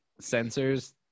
sensors